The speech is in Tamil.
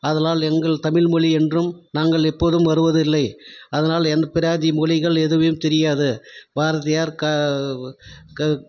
ஆதலால் எங்கள் தமிழ் மொழி என்றும் நாங்கள் எப்போதும் வருவது இல்லை ஆதலால் பிராந்திய மொழிகள் எதுவும் தெரியாது பாரதியார் க க